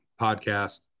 podcast